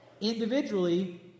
individually